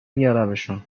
میارمشون